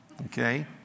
okay